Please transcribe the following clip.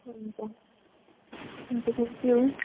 हुन्छ हुन्छ thank you